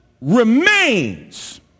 remains